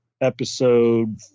episode